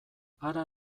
hara